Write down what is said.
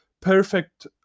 perfect